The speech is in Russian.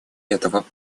этого